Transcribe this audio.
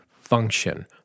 function